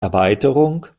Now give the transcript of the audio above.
erweiterung